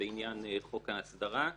בעניין חוק ההסדרה,